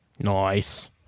Nice